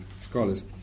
scholars